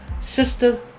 Sister